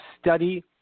study